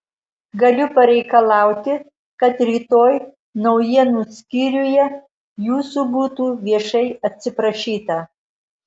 galiu pareikalauti kad rytoj naujienų skyriuje jūsų būtų viešai atsiprašyta